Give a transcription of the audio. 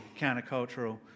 countercultural